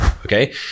okay